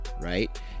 right